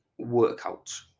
workouts